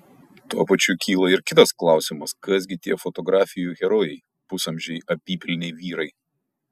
tuo pačiu kyla ir kitas klausimas kas gi tie fotografijų herojai pusamžiai apypilniai vyrai